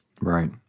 Right